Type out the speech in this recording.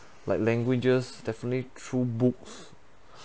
like languages definitely through books